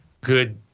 good